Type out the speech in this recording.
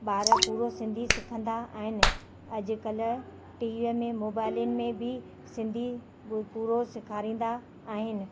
ॿार पूरो सिंधी सिखंदा आहिनि अॼुकल्ह टीवीअ में मोबाइलुनि में बि सिंधी पूरो सेखारींदा आहिनि